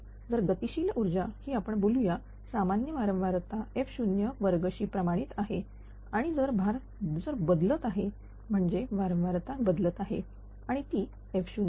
तर जर गतिशील ऊर्जा ही आपण बोलूया सामान्य वारंवारता f02 शि प्रमाणित आहे आणि जर भार जर बदलत आहे म्हणजेच वारंवारता बदलत आहे आणि ती f0